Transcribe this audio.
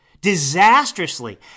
disastrously